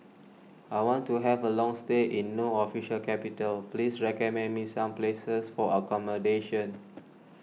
I want to have a long stay in No Official Capital please recommend me some places for accommodation